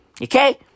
Okay